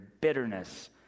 bitterness